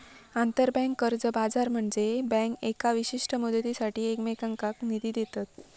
आंतरबँक कर्ज बाजार म्हनजे बँका येका विशिष्ट मुदतीसाठी एकमेकांनका निधी देतत